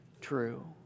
true